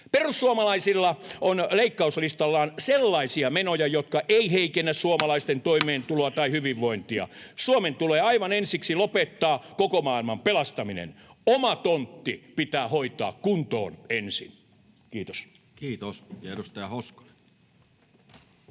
Perussuomalaisilla on leikkauslistallaan sellaisia menoja, jotka eivät heikennä suomalaisten toimeentuloa tai hyvinvointia. Suomen tulee aivan ensiksi lopettaa koko maailman pelastaminen. Oma tontti pitää hoitaa kuntoon ensin. — Kiitos. [Speech